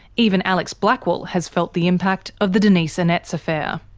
even alex blackwell has felt the impact of the denise annetts affair.